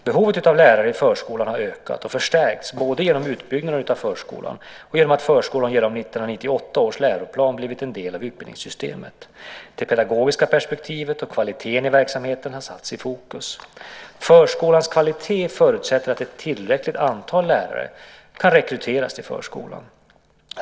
Behovet av lärare i förskolan har ökat och förstärkts både genom utbyggnaden av förskolan och genom att förskolan genom 1998 års läroplan blivit en del av utbildningssystemet. Det pedagogiska perspektivet och kvaliteten i verksamheten har satts i fokus. Förskolans kvalitet förutsätter att ett tillräckligt antal lärare kan rekryteras till förskolan.